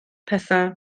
pethau